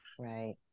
right